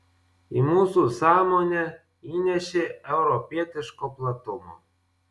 į mūsų sąmonę įnešė europietiško platumo